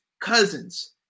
cousins